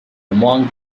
monk